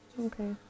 Okay